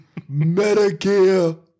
Medicare